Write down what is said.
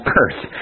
earth